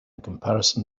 comparison